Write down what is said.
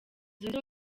zunze